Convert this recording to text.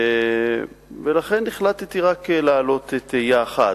ולכן החלטתי רק להעלות תהייה אחת.